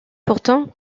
pourtant